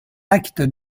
acte